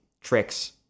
tricks